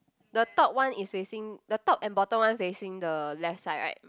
the top one is facing the top and bottom one facing the left side right